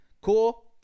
cool